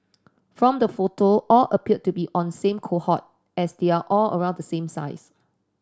from the photo all appear to be on same cohort as they are all around the same size